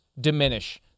diminish